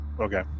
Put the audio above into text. Okay